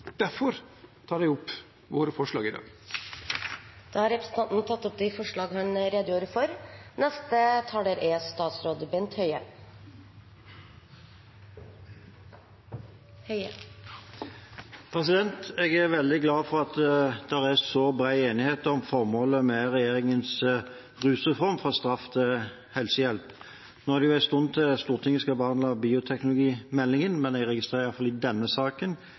Derfor tar jeg opp våre forslag i dag. Representanten Per Espen Stoknes har tatt opp de forslagene han refererte til. Jeg er veldig glad for at det er så bred enighet om formålet med regjeringens rusreform – fra straff til helsehjelp. Det er en stund til Stortinget skal behandle bioteknologimeldingen, men jeg registrerer at det i alle fall i denne saken